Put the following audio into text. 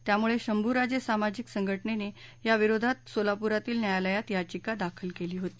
त्यामुळे शंभूराजे सामाजिक संघटनेने या विरोधात सोलापुरातील न्यायालयात याचिका दाखल केलेली होती